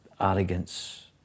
arrogance